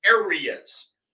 areas